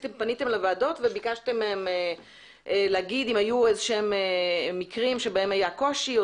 פניתם לוועדות וביקשתם מהן לומר אם היו איזה שהם מקרים בהם היה קושי.